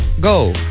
go